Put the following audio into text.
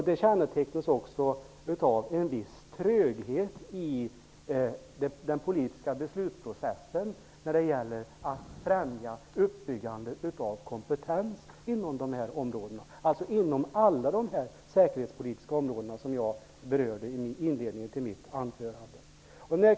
Det kännetecknas också av en viss tröghet i den politiska beslutsprocessen när det gäller att främja uppbyggandet av kompetens inom alla de säkerhetspolitiska områden som jag berörde i inledningen av mitt anförande.